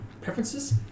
preferences